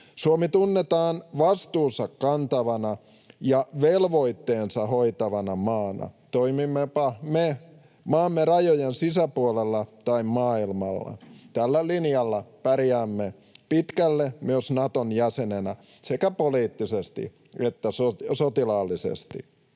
Suomi tunnetaan vastuunsa kantavana ja velvoitteensa hoitavana maana, toimimmepa me maamme rajojen sisäpuolella tai maailmalla. Tällä linjalla pärjäämme pitkälle myös Naton jäsenenä sekä poliittisesti että sotilaallisesti.